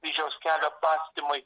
kryžiaus kelio apmąstymai